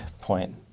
point